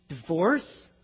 Divorce